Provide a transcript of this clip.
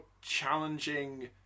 challenging